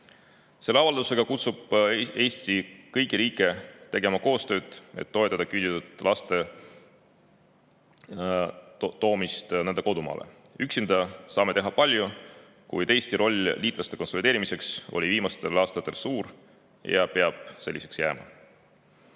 Selle avaldusega kutsub Eesti kõiki riike tegema koostööd, et toetada küüditud laste toomist nende kodumaale. Üksinda saame teha palju, kuid Eesti roll liitlaste konsolideerimiseks on olnud viimastel aastatel suur ja peab selliseks jääma.